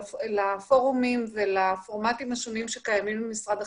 לפורומים ולפורמטים השונים שקיימים במשרד החינוך.